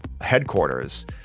headquarters